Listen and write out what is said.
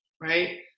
right